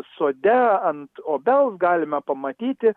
sode ant obels galime pamatyti